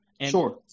Sure